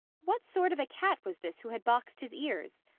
what sort of a cat was this who had boxed his ears?